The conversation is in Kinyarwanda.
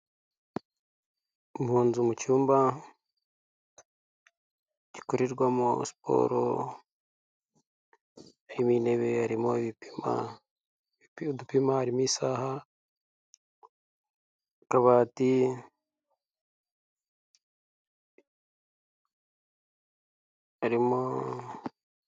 Munzu mu cyumba gikorerwamo siporo harimo intebe harimo ibipima, udupima, harimo isah,a kabati, harimo.